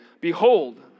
Behold